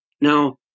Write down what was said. Now